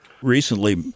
Recently